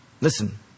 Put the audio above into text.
Listen